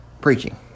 preaching